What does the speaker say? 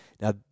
Now